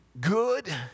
good